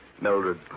Mildred